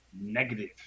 negative